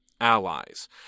allies